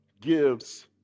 gives